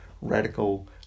radical